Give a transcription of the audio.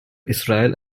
israel